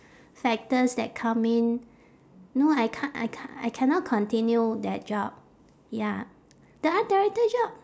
factors that come in no I c~ I c~ I cannot continue that job ya the art director job